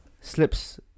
slips